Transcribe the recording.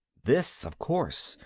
this, of course,